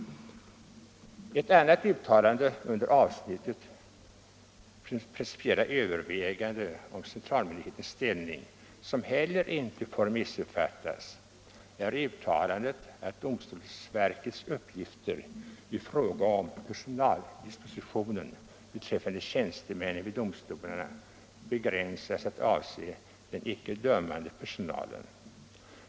Ett annat uttalande under avsnittet Principiella överväganden om centralmyndighetens ställning som heller inte får missuppfattas är uttalandet att domstolsverkets uppgifter i fråga om personaldispositionen beträffande tjänstemän vid domstolarna begränsas till att avse den icke dömande personalen.